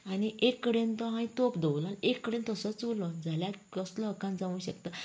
आनी एक कडेन तो हांवें तोप दवरलो आनी एक कडेन तसोच उरलो जाल्यार कसलो आकांत जावंक शकता